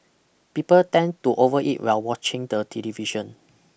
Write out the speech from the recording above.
people tend to overeat while watching the television